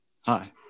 Hi